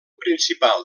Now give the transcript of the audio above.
principal